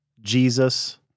Jesus